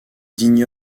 digne